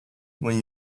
when